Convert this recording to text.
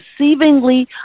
perceivingly